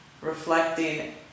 reflecting